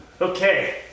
Okay